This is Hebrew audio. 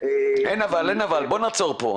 --- אין "אבל", בוא נעצור פה.